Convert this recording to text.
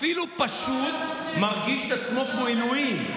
אפילו פשוט, מרגיש את עצמו אלוהים.